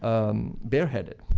um bareheaded.